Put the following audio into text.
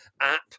app